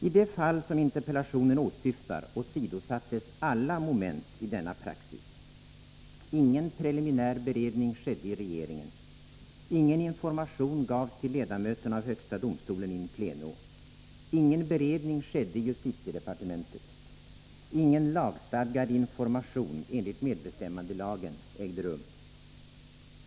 I det fall som interpellationen åsyftar åsidosattes alla moment i denna praxis. Ingen preliminär beredning skedde i regeringen. Ingen information gavs till ledamöterna i högsta domstolen in pleno. Ingen beredning skedde i justitiedepartementet. Ingen lagstadgad information enligt medbestämmandelagen ägde rum.